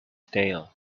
tail